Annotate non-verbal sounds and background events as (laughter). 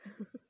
(laughs)